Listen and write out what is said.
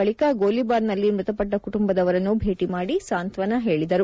ಬಳಿಕ ಗೋಲಿಬಾರ್ನಲ್ಲಿ ಮೃತಪಟ್ಟ ಕುಟುಂಬದವರನ್ನು ಭೇಟಿ ಮಾಡಿ ಸಾಂತ್ವಾನ ಹೇಳಿದರು